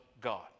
God